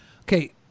okay